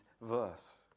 verse